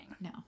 No